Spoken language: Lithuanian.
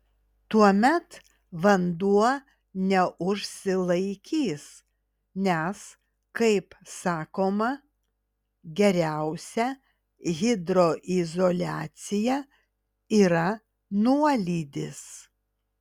tuomet vanduo neužsilaikys nes kaip sakoma geriausia hidroizoliacija yra nuolydis